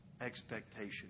expectation